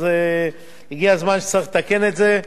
אז הגיע הזמן שצריך לתקן את זה.